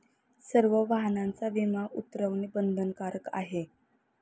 सर्व वाहनांचा विमा उतरवणे बंधनकारक आहे